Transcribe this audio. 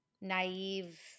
naive